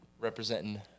Representing